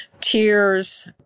Tears